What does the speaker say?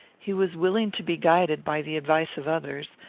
he was willing to be guided by the advice of others,